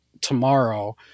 tomorrow